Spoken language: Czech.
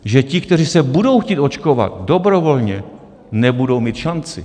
Že ti, kteří se budou chtít očkovat dobrovolně, nebudou mít šanci.